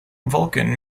vulcan